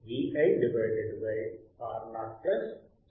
VI divided by Ro plus ZL